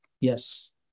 Yes